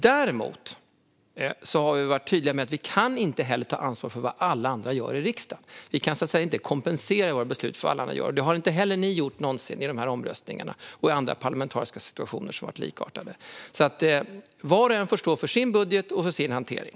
Däremot har vi varit tydliga med att vi inte kan ta ansvar för vad alla andra i riksdagen gör. Vi kan inte med våra beslut kompensera för vad andra gör. Det har ni inte heller gjort, någonsin, i de här omröstningarna eller i andra likartade parlamentariska situationer. Var och en får alltså stå för sin budget och sin hantering.